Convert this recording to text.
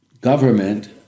government